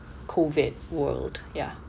COVID world ya